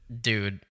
Dude